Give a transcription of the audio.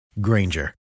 Granger